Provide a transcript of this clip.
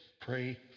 pray